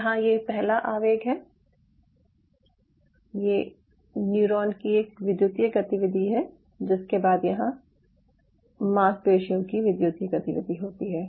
यहाँ ये पहला आवेग है यह न्यूरॉन की एक विद्युतीय गतिविधि है जिसके बाद यहां मांसपेशियों की विद्युतीय गतिविधि होती है